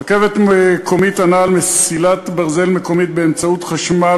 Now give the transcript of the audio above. רכבת מקומית הנעה על מסילת ברזל מקומית באמצעות חשמל